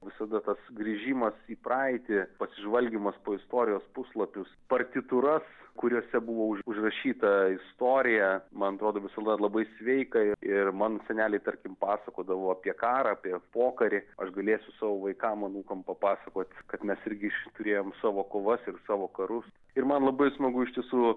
visada tas grįžimas į praeitį pasižvalgymas po istorijos puslapius partitūras kuriuose buvo užrašyta istorija man atrodo visų labai sveika ir mano seneliai tarkim pasakodavo apie karą apie pokarį aš galėsiu savo vaikam anūkam papasakoti kad mes irgi iš turėjom savo kovas ir savo karus ir man labai smagu iš tiesų